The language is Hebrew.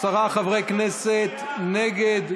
עשרה חברי כנסת, נגד,